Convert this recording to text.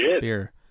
beer